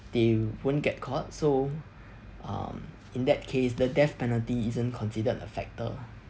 they won't get caught so um in that case the death penalty isn't considered a factor